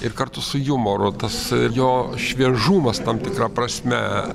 ir kartu su jumoru tas jo šviežumas tam tikra prasme